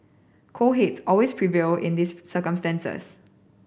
cool heads always prevail in these circumstances